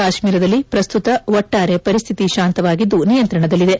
ಕಾಶ್ನೀರದಲ್ಲಿ ಪ್ರಸ್ತುತ ಒಟ್ಲಾರೆ ಪರಿಸ್ತಿತಿ ಶಾಂತವಾಗಿದ್ದು ನಿಯಂತ್ರಣದಲ್ಲಿದೆ